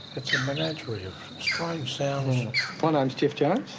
it's a um menagerie of strange sounds. my name's geoff jones,